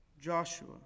Joshua